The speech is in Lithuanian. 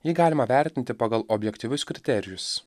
jį galima vertinti pagal objektyvius kriterijus